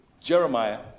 Jeremiah